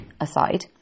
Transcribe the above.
aside